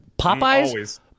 Popeyes